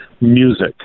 music